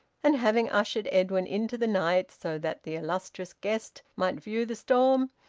and having ushered edwin into the night so that the illustrious guest might view the storm,